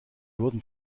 wurden